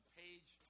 page